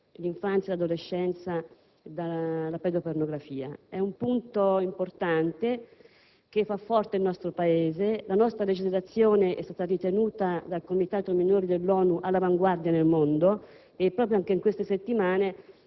l'infanzia e l'adolescenza dalla pedopornografia. È un aspetto importante che rende forte il nostro Paese; la nostra legislazione è stata ritenuta dal Comitato minori dell'ONU all'avanguardia nel mondo. Proprio nelle ultime settimane,